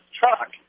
truck